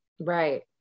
Right